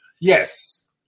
yes